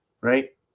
right